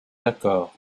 d’accord